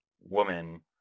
woman